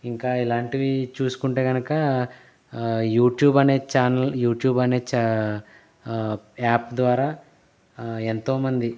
ఇంకా ఇలాంటివి చూసుకుంటే కనుక యూట్యూబ్ అనే ఛానెల్ యూట్యూబ్ అనే ఛా యాప్ ద్వారా ఎంతోమంది